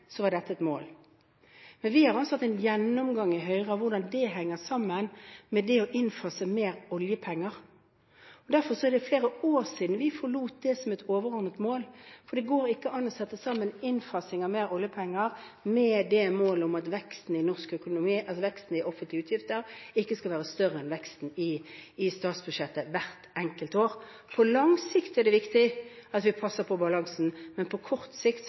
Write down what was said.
så var dette et mål, men vi har altså hatt en gjennomgang i Høyre av hvordan dette henger sammen med det å innfase mer oljepenger. Derfor er det flere år siden vi forlot dette som et overordnet mål, for det går ikke an å sette sammen innfasing av mer oljepenger med målet om at veksten i offentlige utgifter ikke skal være større enn veksten i statsbudsjettet hvert enkelt år. På lang sikt er det viktig at vi passer på balansen, men på kort sikt